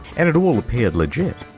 and it all appeared legit.